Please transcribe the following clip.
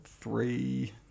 Three